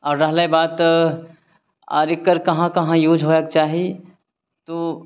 आओर रहलै बात आज एकर कहाँ कहाँ यूज हुएके चाही तऽ